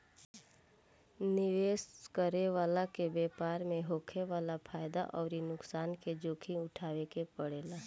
निवेश करे वाला के व्यापार में होखे वाला फायदा अउरी नुकसान के जोखिम उठावे के पड़ेला